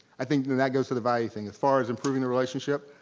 i think that goes for the value thing. as far as improving the relationship,